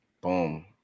Boom